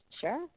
sure